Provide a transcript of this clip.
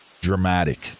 dramatic